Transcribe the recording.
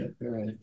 right